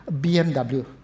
BMW